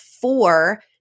four